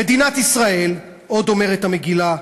"מדינת ישראל" עוד אומרת המגילה,